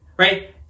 right